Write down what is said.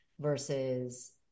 versus